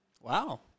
Wow